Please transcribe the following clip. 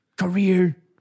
career